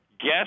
Guess